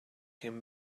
him